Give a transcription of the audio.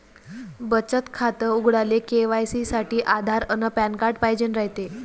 बचत खातं उघडाले के.वाय.सी साठी आधार अन पॅन कार्ड पाइजेन रायते